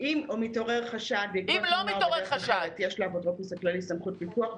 אם מתעורר חשד יש לאפוטרופוס הכללי סמכות פיקוח.